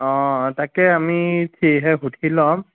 অঁ তাকে আমি ঠি হে সুধি ল'ম